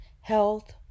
health